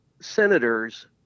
senators